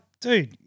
dude